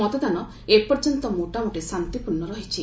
ମତଦାନ ଏପର୍ଯ୍ୟନ୍ତ ମୋଟାମୋଟି ଶାନ୍ତିପୂର୍ଷ ରହିଛି